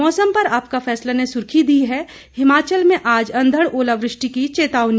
मौसम पर आपका फैसला ने सुर्खी दी है हिमाचल में आज अंधड़ ओलावृष्टि की चेतावनी